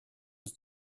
was